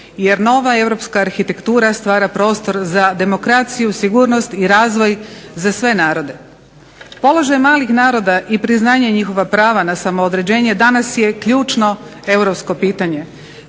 jer nova europska arhitektura stvara prostor za demokraciju, sigurnost i razvoj za sve narode. Položaj malih naroda i priznanje njihova prava na samoodređenje danas je ključno europsko pitanje,